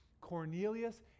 Cornelius